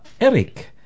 Eric